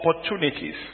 opportunities